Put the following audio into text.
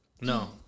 No